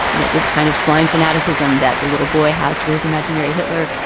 you know, this kind of blind fanaticism that the little boy has for his imaginary hitler.